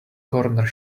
corner